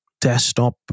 desktop